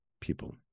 people